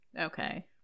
Okay